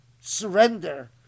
surrender